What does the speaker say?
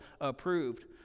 approved